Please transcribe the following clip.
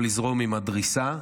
או לזרום עם הדריסה,